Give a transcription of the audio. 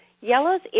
yellows